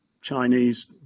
chinese